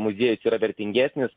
muziejus yra vertingesnis